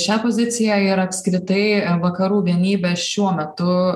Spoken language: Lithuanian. šią poziciją ir apskritai vakarų vienybę šiuo metu